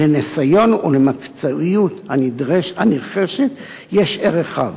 לניסיון ולמקצועיות הנרכשת יש ערך רב.